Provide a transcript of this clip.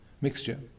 mixture